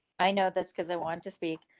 i know this, because i want to speak.